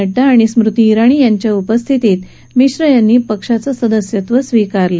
नड्डा आणि स्मृति जिनी यांच्या उपस्थितीत मिश्र यांनी पक्षाचं सदस्यत्व स्वीकारलं